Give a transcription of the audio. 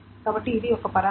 కాబట్టి ఇది ఒక పరామితి